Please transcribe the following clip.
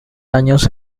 años